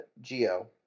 Geo